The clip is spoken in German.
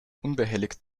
unbehelligt